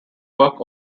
work